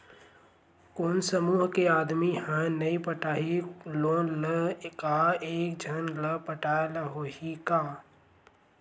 कोन समूह के आदमी हा नई पटाही लोन ला का एक झन ला पटाय ला होही का?